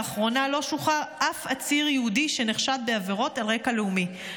לאחרונה לא שוחרר אף עציר יהודי שנחשד בעבירות על רקע לאומי.